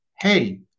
hey